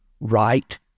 right